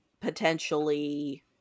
potentially